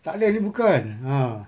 tak ada ini bukan ah